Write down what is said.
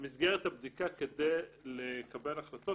במסגרת הבדיקה כדי לקבל החלטות,